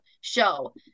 show